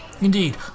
Indeed